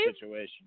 situation